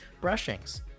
brushings